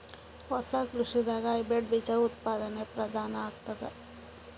ಹೊಸ ಕೃಷಿದಾಗ ಹೈಬ್ರಿಡ್ ಬೀಜ ಉತ್ಪಾದನೆ ಪ್ರಧಾನ ಆಗಿರತದ